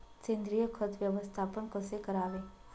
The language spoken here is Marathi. सेंद्रिय खत व्यवस्थापन कसे करावे?